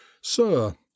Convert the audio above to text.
Sir